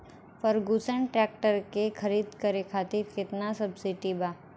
Ferguson tractor के खरीद करे खातिर केतना सब्सिडी बा?